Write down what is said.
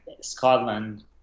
Scotland